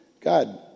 God